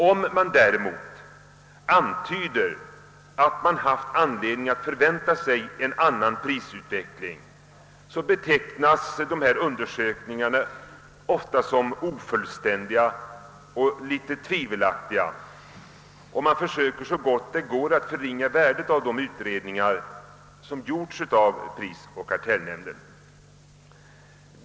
Om man däremot antyder att man haft anledning att förvänta sig en annan prisutveckling, betecknas dessa undersökningar ofta som ofullständiga och litet tvivelaktiga. Vederbörande försöker så gott det går att förringa värdet av de utredningar som gjorts av prisoch kartellnämnden.